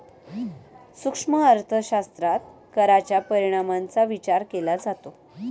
सूक्ष्म अर्थशास्त्रात कराच्या परिणामांचा विचार केला जातो